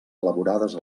elaborades